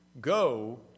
Go